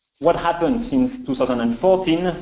what happened since two thousand and fourteen?